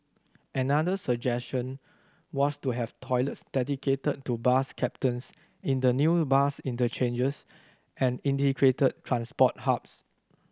another suggestion was to have toilets dedicated to bus captains in the new bus interchanges and integrated transport hubs